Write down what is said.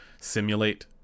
simulate